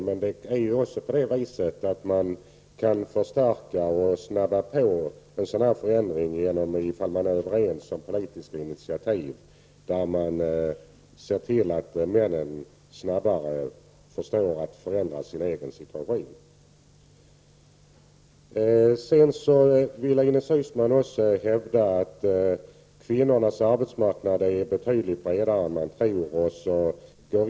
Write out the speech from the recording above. Men samtidigt går det ändå att starkare motivera och att skynda på arbetet med en sådan här förändring ifall man är överens om de politiska initiativen för att se till att männen snabbare förstår att förändra sin egen situation. Ines Uusmann vill också hävda att kvinnornas arbetsmarknad är betydligt bredare än man tror.